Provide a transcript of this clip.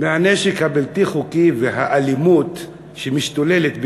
מהנשק הבלתי-חוקי ומהאלימות שמשתוללת בתוכה,